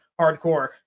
hardcore